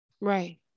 right